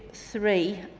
three.